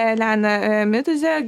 elena mituze